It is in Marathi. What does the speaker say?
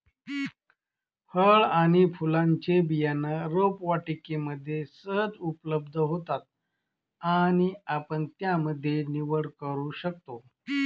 फळ आणि फुलांचे बियाणं रोपवाटिकेमध्ये सहज उपलब्ध होतात आणि आपण त्यामध्ये निवड करू शकतो